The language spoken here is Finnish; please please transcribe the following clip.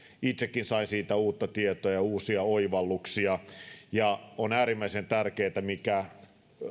itsekin sain siitä uutta tietoa ja uusia oivalluksia äärimmäisen tärkeätä mikä